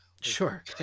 Sure